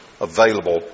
available